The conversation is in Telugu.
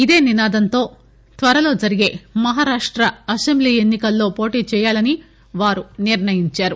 ఇదే నినాదంతో త్వరలో జరిగే మహారాష్ట అసెంబ్లీ ఎన్సి కల్లో పోటీ చేయాలని వారు నిర్ణయించారు